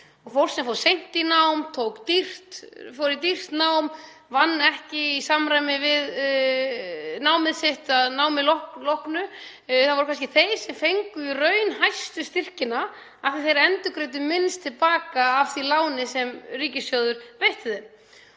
Fólk sem fór seint í nám, fór í dýrt nám, vann ekki í samræmi við nám sitt að námi loknu — það voru kannski þeir sem fengu í raun hæstu styrkina af því að þeir endurgreiddu minnst til baka af því láni sem ríkissjóður veitti þeim.